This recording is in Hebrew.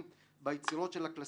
זה עניין של טעם